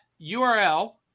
URL